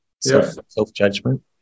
Self-judgment